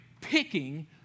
picking